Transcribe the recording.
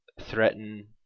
threaten